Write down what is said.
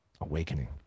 awakening